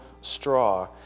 straw